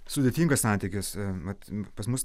sudėtingas santykis vat pas mus